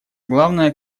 главное